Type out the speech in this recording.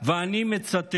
ואני מצטט: